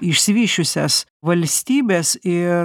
išsivysčiusias valstybes ir